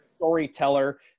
storyteller